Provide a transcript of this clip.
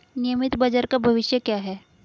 नियमित बाजार का भविष्य क्या है?